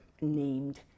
named